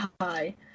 hi